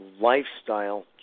lifestyle